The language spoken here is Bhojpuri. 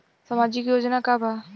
सामाजिक योजना का बा?